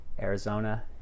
Arizona